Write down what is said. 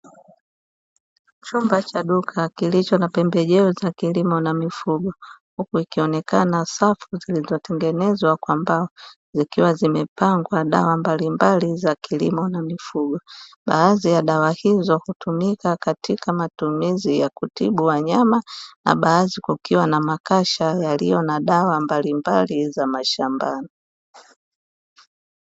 Chumba cha duka kilicho na pembejeo za kilimo na mifugo, huku ikionekana safu zilizotengenezwa kwa mbao, zikiwa zimepangwa dawa mbalimbali za kilimo na mifugo. Baadhi ya dawa hizo hutumika katika matumizi ya kutibu wanyama na baadhi kukiwa na makasha yaliyo na dawa mbalimbali za mashambani.